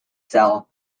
cell